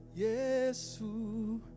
Yesu